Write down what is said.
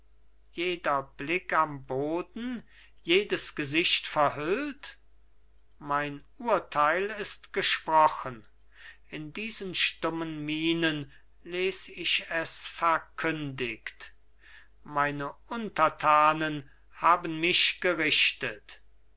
jeder blick am boden jedes gesicht verhüllt mein urteil ist gesprochen in diesen stummen mienen les ich es verkündigt meine untertanen haben mich gerichtet